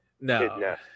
no